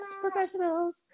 professionals